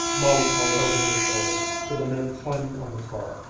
molly called over her shoulder to the men climbing on the car,